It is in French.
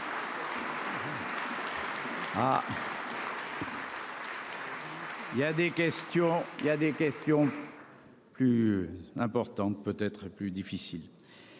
il y a des questions. Plus importante. Peut être plus difficile.